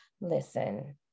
Listen